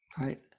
right